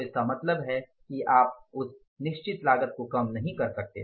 तो इसका मतलब है कि आप उस लागत को कम नहीं कर सकते